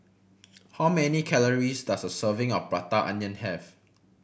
how many calories does a serving of Prata Onion have